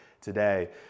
today